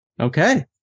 Okay